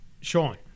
Sean